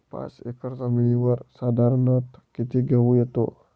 पाच एकर जमिनीवर साधारणत: किती गहू येतो?